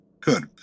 good